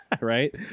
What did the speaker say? Right